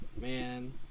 man